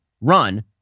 run